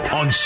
on